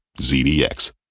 ZDX